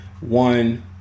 one